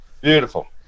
Beautiful